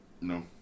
No